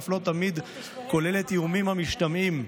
ואף לא תמיד כוללת איומים משתמעים,